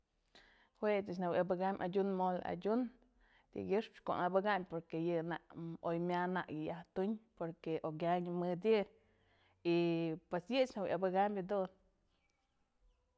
Jue ëch najuëbë abëkam adyun mole adyun tykyëpëch ko'o abëkayn porque yë nak oy mya nal yë yaj tun porque okyanë mëd yë, y pues yëch najuëbë abëkam jadun.